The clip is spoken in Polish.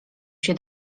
się